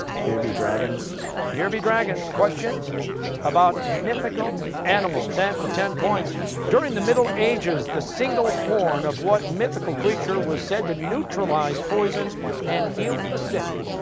here be dragons. costa here be dragons, questions about mythical animals. and for ten points during the middle ages, the single horn of what mythical creature was said to neutralize poison and heal the sick?